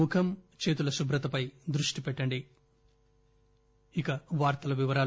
ముఖం చేతుల శుభ్రతపై దృష్టి పెట్టండి ఇప్పుడు వార్తల వివరాలు